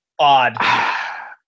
odd